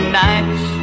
nights